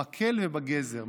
במקל ובגזר.